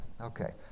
Okay